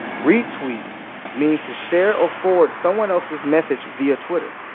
re-tweet means to share or forward someone else's message via twitter